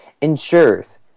ensures